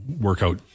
workout